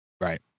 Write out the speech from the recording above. Right